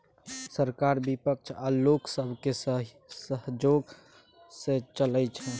सरकार बिपक्ष आ लोक सबके सहजोग सँ चलइ छै